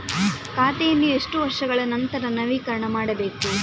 ಖಾತೆಯನ್ನು ಎಷ್ಟು ವರ್ಷಗಳ ನಂತರ ನವೀಕರಣ ಮಾಡಬೇಕು?